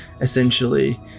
essentially